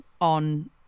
on